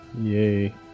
yay